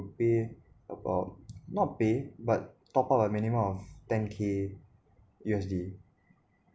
would pay about not pay but top up a minimum of ten K U_S_D